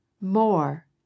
more